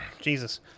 Jesus